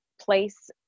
place